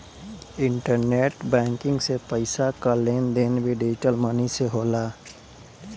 internet banking से पईसा कअ लेन देन भी डिजटल मनी से होला